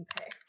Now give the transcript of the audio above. Okay